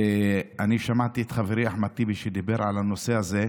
אני שמעתי את חברי אחמד טיבי שדיבר על הנושא הזה.